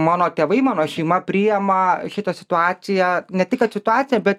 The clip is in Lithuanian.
mano tėvai mano šeima priima šitą situaciją ne tik kad situaciją bet